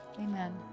amen